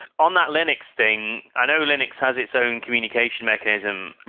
on that linux thing, i know linux has its own communication mechanism.